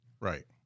Right